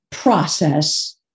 process